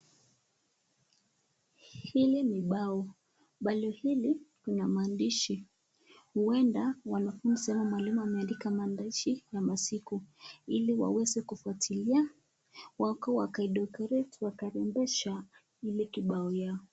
Hili ni bao . Bao hili lina maandishi, huenda mwanafunzi au mwalimu ameandika maandishi na masiku ili waweze kufuatilia, mpaka wakaidecorate,(cs), wakarembesha ile kibao yao.